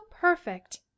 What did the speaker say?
perfect